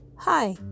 Hi